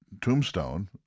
tombstone